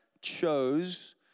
chose